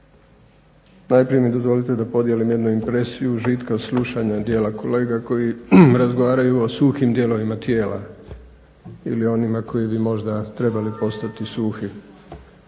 Najprije mi dozvolite da podijelim jednu impresiju užitka slušanja dijela kolega koji razgovaraju o suhim dijelovima tijela ili onima koji bi možda trebali postati suhi